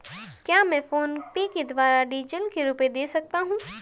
क्या मैं फोनपे के द्वारा डीज़ल के रुपए दे सकता हूं?